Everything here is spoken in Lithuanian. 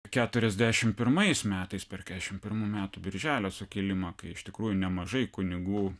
keturiasdešimt pirmais metais per keturiasdešimt pirmų metų birželio sukilimą kai iš tikrųjų nemažai kunigų